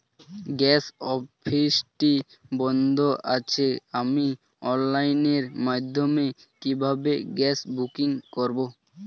Gas অফিসটি বন্ধ আছে আমি অনলাইনের মাধ্যমে কিভাবে গ্যাস বুকিং করব?